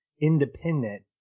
independent